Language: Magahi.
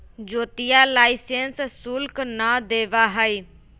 ज्योतिया लाइसेंस शुल्क ना देवा हई